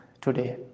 today